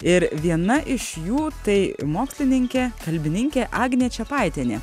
ir viena iš jų tai mokslininkė kalbininkė agnė čepaitienė